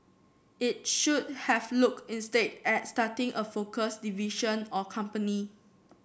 it should have look instead at starting a focused division or company